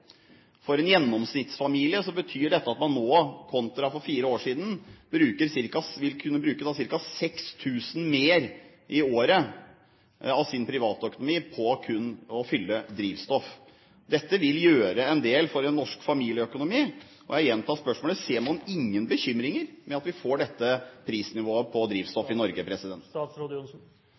år siden vil kunne bruke ca. 6 000 kr mer i året av sin privatøkonomi på kun å fylle drivstoff. Dette vil utgjøre en del for en norsk familieøkonomi. Jeg gjentar spørsmålet: Ser man ingen bekymringer ved at vi får dette prisnivået på drivstoff i Norge?